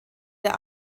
der